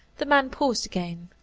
the man paused again,